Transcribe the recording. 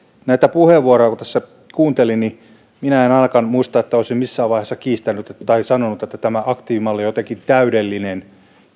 näitä puheenvuoroja tässä kuunteli niin minä en ainakaan muista että olisin missään vaiheessa sanonut että tämä aktiivimalli olisi jotenkin täydellinen